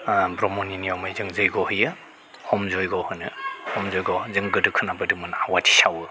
ब्रह्मनि नियमै जों जैग' होयो हम जैग' होनो हम जैग' जों खोनाबोदोंमोन आवाथि सावो